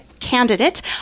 candidate